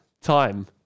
time